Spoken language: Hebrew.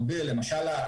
למשל,